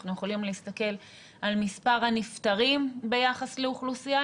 אנחנו יכולים להסתכל על מספר הנפטרים ביחס לאוכלוסייה,